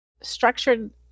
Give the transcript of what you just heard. structured